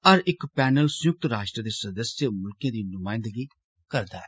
हर इक पैनल संयुक्त राष्ट्र दे सदस्य मुल्खै दी नुमायंदगी करदा ऐ